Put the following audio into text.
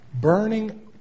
Burning